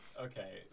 Okay